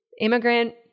immigrant